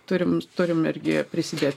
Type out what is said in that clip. turim turim irgi prisidėt